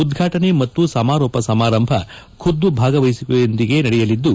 ಉದ್ವಾಟನೆ ಮತ್ತು ಸಮಾರೋಪ ಸಮಾರಂಭ ಖುದ್ದು ಭಾಗವಹಿಸುವಿಕೆಯೊಂದಿಗೆ ನಡೆಯಲಿದ್ದು